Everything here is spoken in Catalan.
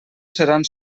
seran